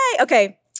Okay